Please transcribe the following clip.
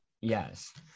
Yes